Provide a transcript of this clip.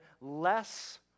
less